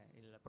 il